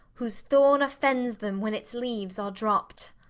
whose thorn offends them when its leaves are dropped!